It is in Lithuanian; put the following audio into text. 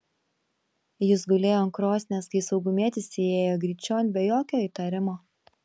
jis gulėjo ant krosnies kai saugumietis įėjo gryčion be jokio įtarimo